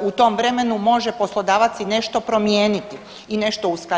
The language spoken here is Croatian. u tom vremenu može poslodavac i nešto promijeniti i nešto uskladiti.